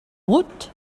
woot